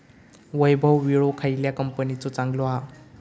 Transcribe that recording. वैभव विळो खयल्या कंपनीचो चांगलो हा?